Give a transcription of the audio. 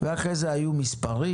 ואחרי זה היו מספרים,